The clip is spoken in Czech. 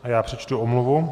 A já přečtu omluvu.